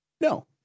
No